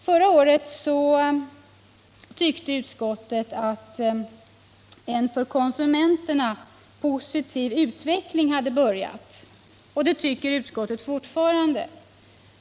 Förra året tyckte utskottet att en för konsumenterna positiv utveckling hade börjat. Det tycker utskottet fortfarande.